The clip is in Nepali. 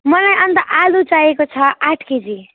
मलाई अन्त आलु चाहिएको छ आठ केजी